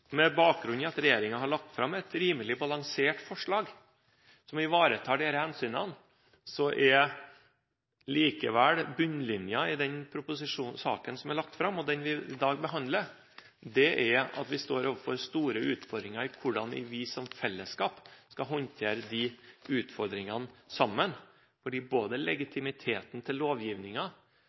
Med bakgrunn i at regjeringen har lagt fram et rimelig balansert forslag som ivaretar disse hensynene, er likevel bunnlinjen i den saken som er lagt fram, og som vi i dag behandler, at vi står overfor store utfordringer med hensyn til hvordan vi som fellesskap sammen skal håndtere dette. Både legitimiteten til